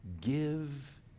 give